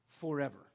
forever